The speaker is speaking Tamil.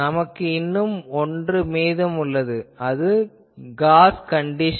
நமக்கு இன்னும் ஒன்று மீதம் உள்ளது அது காஷ் கண்டிஷன்